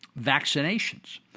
vaccinations